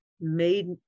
made